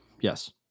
Yes